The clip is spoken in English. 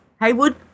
Haywood